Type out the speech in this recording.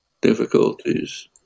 difficulties